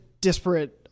disparate